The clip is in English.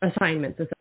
assignments